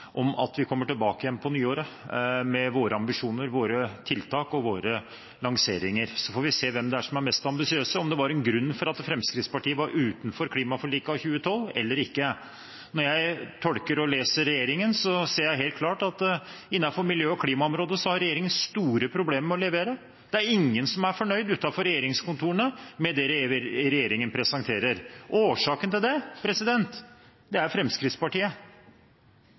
at vi kommer tilbake igjen på nyåret med våre ambisjoner, våre tiltak og våre lanseringer. Så får vi se hvem det er som er mest ambisiøs, og om det var en grunn til at Fremskrittspartiet sto utenfor klimaforliket av 2012 eller ikke. Når jeg tolker og leser regjeringen, ser jeg helt klart at innenfor miljø- og klimaområdet har regjeringen store problemer med å levere. Det er ingen som er fornøyd utenfor regjeringskontorene med det regjeringen presenterer. Årsaken til det er Fremskrittspartiet – enkelt og greit: Fremskrittspartiet